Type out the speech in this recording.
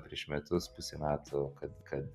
prieš metus pusė metų kad kad